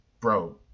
bro –